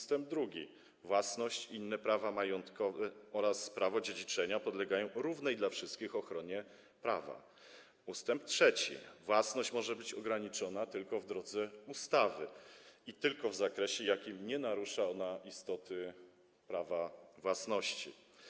Ust. 2 stanowi, że własność, inne prawa majątkowe oraz prawo dziedziczenia podlegają równej dla wszystkich ochronie prawa, a ust. 3, że własność może być ograniczona tylko w drodze ustawy i tylko w zakresie, w jakim nie narusza ona istoty prawa własności.